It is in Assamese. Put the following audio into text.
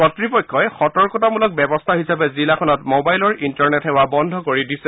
কৰ্ড়পক্ষই সতৰ্কতামূলক ব্যৱস্থা হিচাপে জিলাখনত মোবাইলৰ ইণ্টাৰনেট সেৱা বন্ধ কৰি দিছে